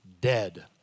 dead